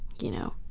you know,